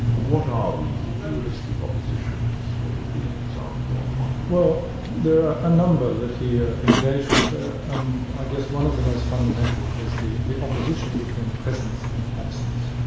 and what are these dualistic oppositions, what would be an example of one? well there are a number that he engaged with. ah um i guess one of the most fundamental is the the opposition between presence and absence.